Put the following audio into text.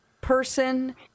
person